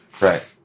Right